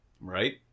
right